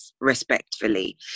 respectfully